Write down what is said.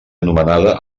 anomenada